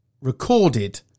recorded